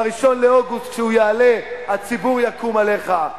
ב-1 באוגוסט, כשהוא יעלה, הציבור יקום עליך.